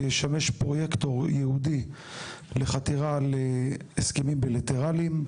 שישמש פרויקטור ייעודי לחתירה להסכמים בילטרליים,